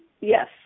yes